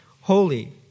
holy